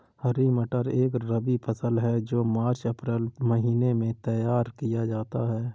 हरी मटर एक रबी फसल है जो मार्च अप्रैल महिने में तैयार किया जाता है